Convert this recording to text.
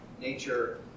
nature